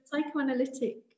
psychoanalytic